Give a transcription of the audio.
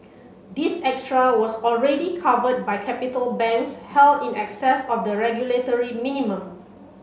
this extra was already covered by capital banks held in excess of the regulatory minimum